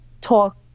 talk